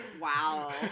Wow